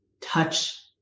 touch